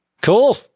Cool